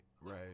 Right